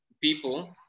people